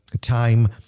time